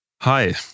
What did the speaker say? Hi